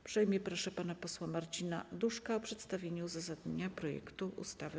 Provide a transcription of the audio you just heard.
Uprzejmie proszę pana posła Marcina Duszka o przedstawienie uzasadnienia projektu ustawy.